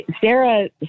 Sarah